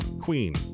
Queen